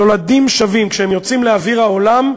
נולדים שווים.